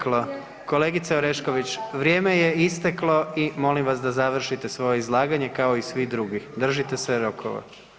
Kolegice Orešković, vrijeme je isteklo i molim vas da završite svoje izlaganje, kao i svi drugi, držite se rokova.